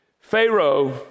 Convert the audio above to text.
Pharaoh